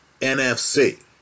NFC